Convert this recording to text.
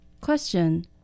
Question